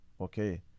okay